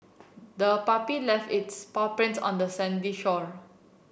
the puppy left its paw prints on the sandy shore